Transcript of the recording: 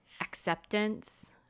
acceptance